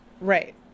Right